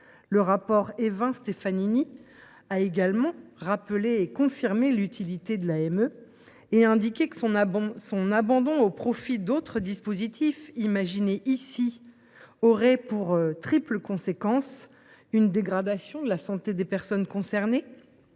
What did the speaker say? Le rapport Évin Stefanini a également confirmé l’utilité de l’AME et indiqué que son abandon au profit d’autres dispositifs imaginés dans cette enceinte aurait pour triple conséquence une dégradation de la santé des personnes concernées,